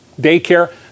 daycare